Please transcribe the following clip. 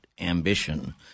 ambition